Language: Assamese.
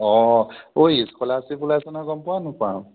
অঁ ঐ স্কলাৰশ্বিপ ওলাইছে নহয় গম পোৱা নোপোৱা